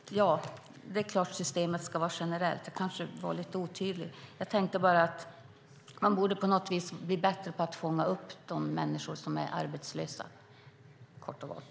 Fru talman! Det är klart att systemet ska vara generellt - jag kanske var lite otydlig. Jag tänkte bara att man på något vis borde bli bättre på att fånga upp de människor som är arbetslösa, kort och gott.